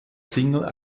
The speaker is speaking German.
single